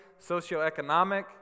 socioeconomic